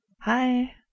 Hi